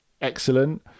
excellent